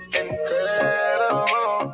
incredible